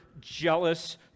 jealous